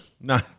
No